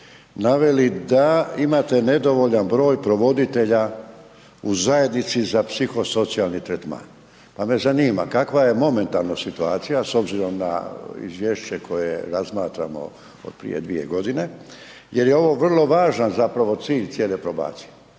naveli da imate nedovoljan broj provoditelja u zajednici za psihosocijalni tretman. Pa me zanima kakva je momentalno situacija, s obzirom na izvješće koje razmatramo od prije dvije godine jer je ovo vrlo važan zapravo cilj cijele probacije?